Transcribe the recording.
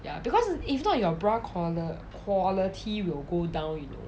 ya because if not your bra quala~ quality will go down you know